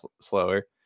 slower